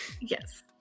yes